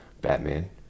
Batman